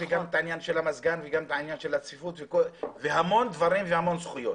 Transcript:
גם העניין של המזגן וגם העניין של הצפיפות והמון דברים והמון זכויות,